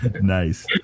Nice